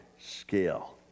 scale